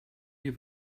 have